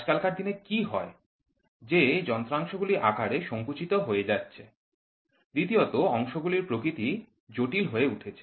আজকালকার দিনে কি হয় যে যন্ত্রাংশগুলি আকারে সংকুচিত হয়ে যাচ্ছে দ্বিতীয়ত অংশগুলির প্রকৃতি জটিল হয়ে উঠেছে